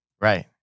Right